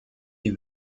die